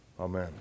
Amen